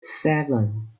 seven